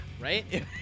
right